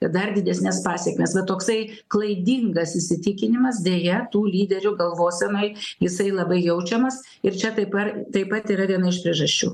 ir dar didesnes pasekmes va toksai klaidingas įsitikinimas deja tų lyderių galvosenoj jisai labai jaučiamas ir čia taip ar taip pat yra viena iš priežasčių